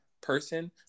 person